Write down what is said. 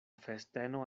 festeno